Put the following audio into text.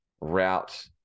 route